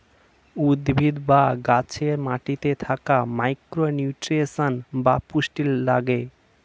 উদ্ভিদ বা গাছে মাটিতে থাকা মাইক্রো নিউট্রিয়েন্টস বা পুষ্টি লাগে